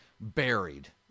buried